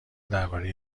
درباره